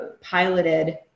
piloted